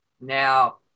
Now